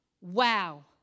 wow